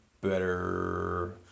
better